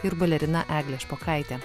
ir balerina eglė špokaitė